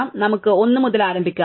അതിനാൽ നമുക്ക് 1 മുതൽ ആരംഭിക്കാം